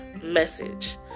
Message